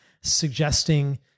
suggesting